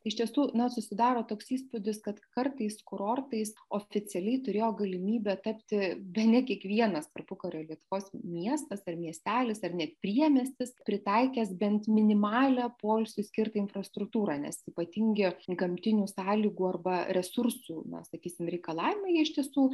iš tiesų na susidaro toks įspūdis kad kartais kurortais oficialiai turėjo galimybę tapti bene kiekvienas tarpukario lietuvos miestas ar miestelis ar net priemiestis pritaikęs bent minimalią poilsiui skirtą infrastruktūrą nes ypatingi gamtinių sąlygų arba resursų na sakysim reikalavimai jie iš tiesų